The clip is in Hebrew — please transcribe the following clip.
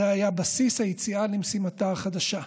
זה היה בסיס היציאה למשימתה החדשה,